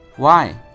why?